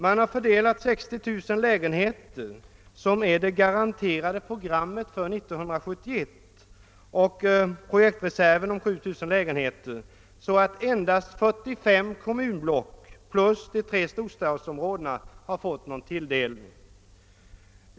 Man har fördelat 60 000 lägenheter som är det garanterade programmet för 1971 och projektreserven om 7000 lägenheter, så att endast 45 kommunblock plus de tre storstadsområdena har fått någon tilldelning.